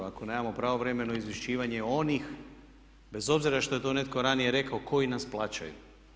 Ako nemamo pravovremeno izvješćivanje onih, bez obzira što je to netko ranije rekao koji nas plaćaju.